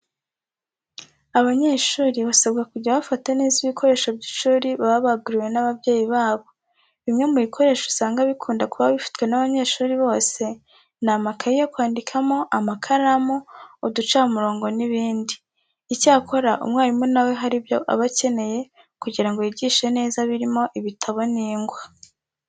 Abanyeshuri basabwa kujya bafata neza ibikoresho by'ishuri baba baguriwe n'ababyeyi babo. Bimwe mu bikoresho usaga bikunda kuba bifitwe n'abanyeshuri bose ni amakayi yo kwandikamo, amakaramu, uducamurongo n'ibindi. Icyakora umwarimu na we hari ibyo aba akeneye kugira ngo yigishe neza birimo ibitabo n'ingwa.